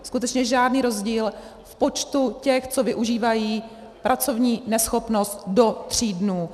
Skutečně žádný rozdíl v počtu těch, co využívají pracovní neschopnost do tří dnů.